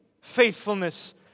faithfulness